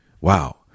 wow